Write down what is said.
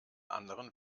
anderen